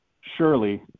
surely